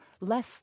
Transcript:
less